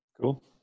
cool